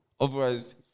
Otherwise